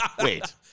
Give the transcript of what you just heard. Wait